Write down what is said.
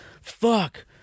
fuck